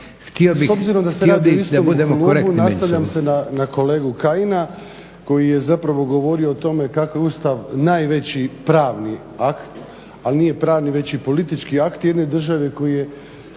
S obzirom da se radi o istom klubu nastavljam se na kolegu Kajina koji je zapravo govorio o tome kako je Ustav najveći pravni akt, ali nije pravni već i politički akt jedne države koji